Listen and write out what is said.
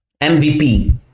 MVP